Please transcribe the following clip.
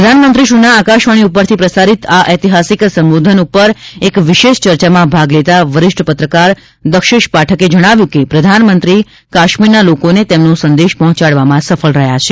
પ્રધાનમંત્રીશ્રીના આકાશવાણી ઉપરથી પ્રસારિત આ ઐતિહાસિક સંબોધન ઉપર એક વિશેષ ચર્ચામાં ભાગ લેતા વરિષ્ઠ પત્રકાર દક્ષેશ પાઠકે જણાવ્યું કે પ્રધાનમંત્રી કાશ્મીરના લોકોને તેમનો સંદેશ પહોંચાડવામાં સફળ રહ્યા છે